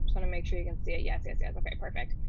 to make sure you can see it. yes, yes, yes. okay, perfect.